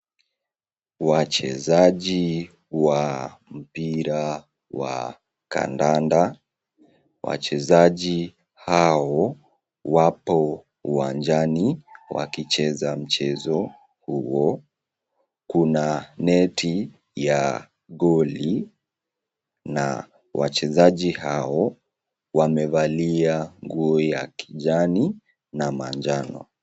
Wachezaji wa mpira wa kadada. Wachezaji hao wapo uwanjani wakicheza mchezo huo. Kuna neti ya goli na wachezaji hao wamevalia nguo ya kijani na manjano.